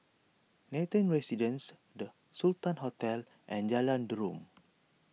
Nathan Residences the Sultan Hotel and Jalan Derum